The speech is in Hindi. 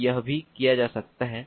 तो यह भी किया जा सकता है